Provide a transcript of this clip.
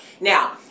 now